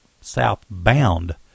Southbound